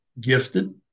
gifted